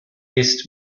ist